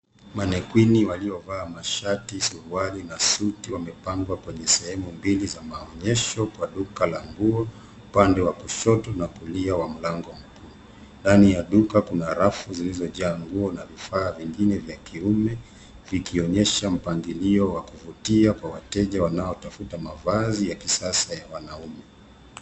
Manekwini waliovaa mashati, suruali na suti wamepangwa kwenye sehemu mbili za maonyesho kwa duka la nguo upande wa kushoto na kulia wa mlango mkuu. Ndani ya duka kuna rafu zilizojaa nguo na vifaa vingine vya kiume vikionyesha mpangilio wa kuvutia kwa wateja wanaotafuta mavazi ya kisasa kwa wanaume.